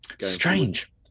strange